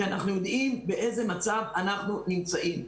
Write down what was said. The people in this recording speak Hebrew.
כי אנחנו יודעים באיזה מצב אנחנו נמצאים.